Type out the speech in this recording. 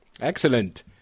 Excellent